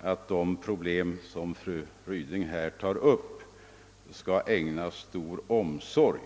att de problem som fru Ryding här tar upp skall ägnas stor omsorg,